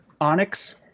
onyx